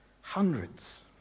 hundreds